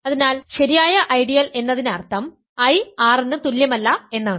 അതിനാൽ ശരിയായ ഐഡിയൽ എന്നതിനർത്ഥം I R ന് തുല്യമല്ല എന്നാണ്